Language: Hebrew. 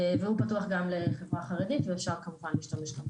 והוא פתוח גם לחברה החרדית ואפשר כמובן להשתמש גם בו.